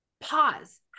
pause